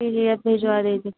जी जी आप भेजवा दीजिए